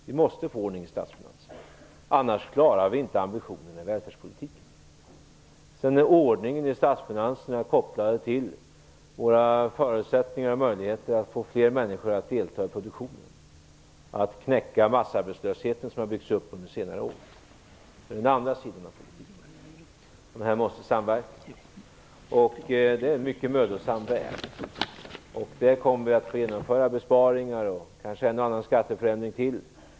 Vi måste få ordning i statsfinanserna, annars klarar vi inte ambitionen i välfärdspolitiken. Sedan är ordningen i statsfinanserna kopplad till våra förutsättningar och möjligheter att få fler människor att delta i produktionen, att knäcka massarbetslösheten, som har byggts upp under senare år. Det är den andra sidan av politiken. Detta måste samverka. Det är en mycket mödosam väg. Vi kommer att få genomföra besparingar och kanske en och annan skatteförändring till.